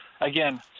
again